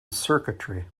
circuitry